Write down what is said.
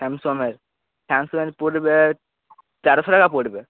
সামসংয়ের সামসংয়ের পরবে তেরোশো টাকা পরবে